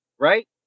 right